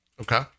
okay